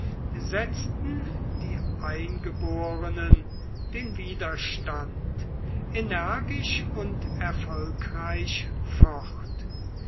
setzten die eingeborenen den widerstand energisch und erfolgreich fort